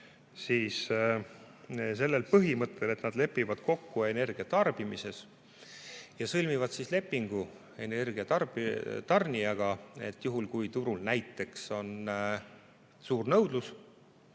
sellel põhimõttel, et nad lepivad kokku energia tarbimises ja sõlmivad lepingu energiatarnijaga, et juhul, kui turul näiteks on suur nõudlus,